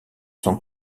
son